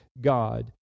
God